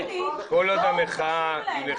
בואו תקשיבו מה קורה פה.